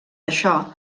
això